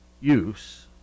use